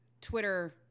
Twitter